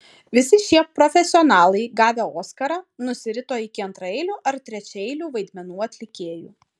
visi šie profesionalai gavę oskarą nusirito iki antraeilių ar trečiaeilių vaidmenų atlikėjų